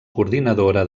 coordinadora